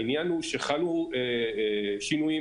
העניין הוא שחלו שינויים,